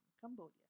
Cambodia